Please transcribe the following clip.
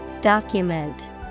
Document